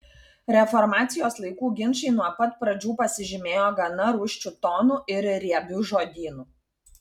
reformacijos laikų ginčai nuo pat pradžių pasižymėjo gana rūsčiu tonu ir riebiu žodynu